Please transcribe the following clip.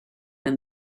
and